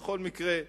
בכל מקרה,